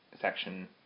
section